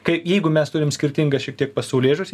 kai jeigu mes turim skirtingas šiek tiek pasaulėžiūras